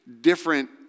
different